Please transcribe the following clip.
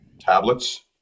tablets